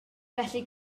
felly